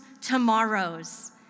tomorrows